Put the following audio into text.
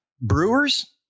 brewers